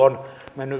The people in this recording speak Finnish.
arvoisa puhemies